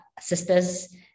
sisters